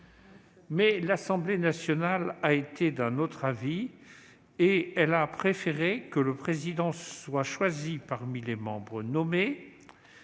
mais l'Assemblée nationale a été d'un autre avis. Elle a préféré que le président soit choisi parmi les membres nommés